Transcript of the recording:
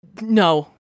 no